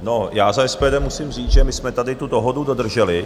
No, já za SPD musím říct, že my jsme tady tu dohodu dodrželi.